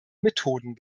methoden